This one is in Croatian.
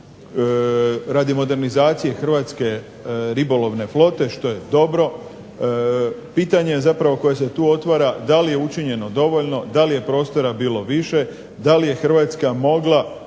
radi modernizacije hrvatske ribolovne flote, što je dobro, pitanje zapravo koje se tu otvara da li je učinjeno dovoljno, da li je prostora bilo više, da li je Hrvatska mogla